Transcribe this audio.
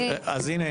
אז הינה,